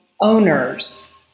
owners